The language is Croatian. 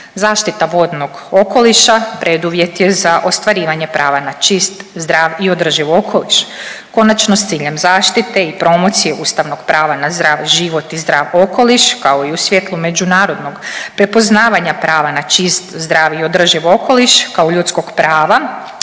Zaštita vodnog okoliša preduvjet je za ostvarivanje prava na čist, zdrav i održiv okoliš konačno s ciljem zaštite i promocije ustavnog prava na zdrav život i zdrav okoliš kao i u svjetlu međunarodnog prepoznavanja prava na čist, zdrav i održiv okoliš kao ljudskog prava